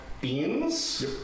beans